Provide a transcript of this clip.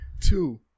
two